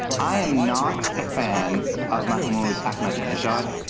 i am not a fan of mahmoud ahmadinejad.